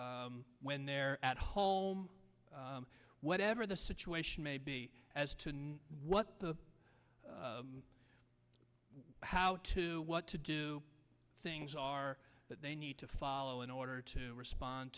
work when they're at home whatever the situation may be as to what the how to what to do things are that they need to follow in order to respond